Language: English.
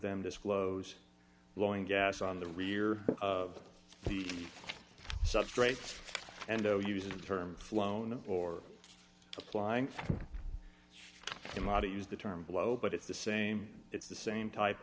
them disclose blowing gas on the rear of the substrate and o uses the term flown or applying the model used the term blow but it's the same it's the same type